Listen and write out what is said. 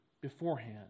beforehand